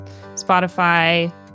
Spotify